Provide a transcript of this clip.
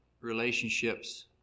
relationships